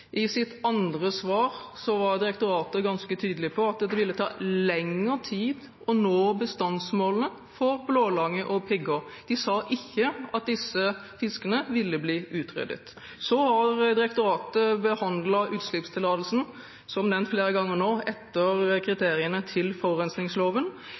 I sitt andre svar var direktoratet ganske tydelig på at det ville ta lengre tid å nå bestandsmålene for blålange og pigghå. De sa ikke at disse fiskene ville bli utryddet. Så har direktoratet, som nevnt flere ganger nå, behandlet utslippstillatelsen etter kriteriene til forurensningsloven.